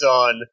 on